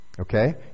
Okay